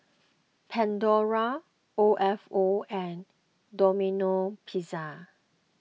Pandora O F O and Domino Pizza